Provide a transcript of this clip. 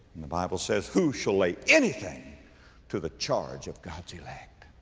the bible says, who shall lay anything to the charge of god's elect?